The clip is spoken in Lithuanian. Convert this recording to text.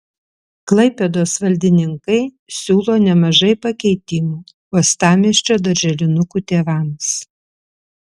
klaipėdos valdininkai siūlo nemažai pakeitimų uostamiesčio darželinukų tėvams